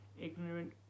ignorant